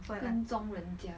跟踪人家